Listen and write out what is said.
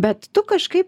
bet tu kažkaip